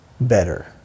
better